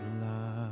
love